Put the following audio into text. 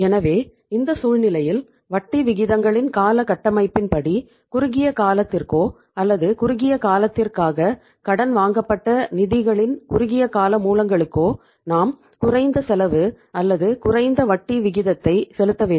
எனவே இந்த சூழ்நிலையில் வட்டி விகிதங்களின் கால அமைப்பின் படி குறுகிய காலத்திற்கோ அல்லது குறுகிய காலத்திற்காக கடன் வாங்கப்பட்ட நிதிகளின் குறுகிய கால மூலங்களுக்கோ நாம் குறைந்த செலவு அல்லது குறைந்த வட்டி விகிதத்தை செலுத்த வேண்டும்